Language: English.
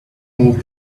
move